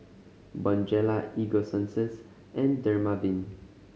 Bonjela Ego Sunsense and Dermaveen